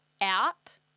out